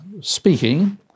speaking